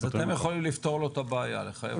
אז אתם יכולים לפתור לו את הבעיה, לחייב אותם?